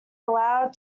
aloud